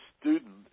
student